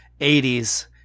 80s